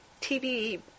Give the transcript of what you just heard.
TV